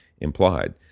implied